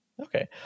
Okay